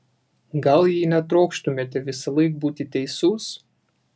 gal jei netrokštumėte visąlaik būti teisus